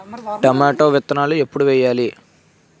Tomato విత్తనాలు ఎప్పుడు వెయ్యాలి?